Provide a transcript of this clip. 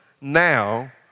now